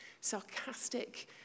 Sarcastic